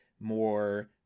More